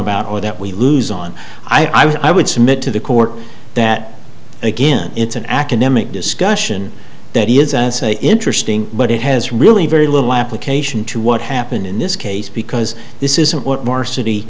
about or that we lose on i would submit to the court that again it's an academic discussion that is interesting but it has really very little application to what happened in this case because this isn't what moore city